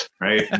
right